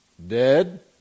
Dead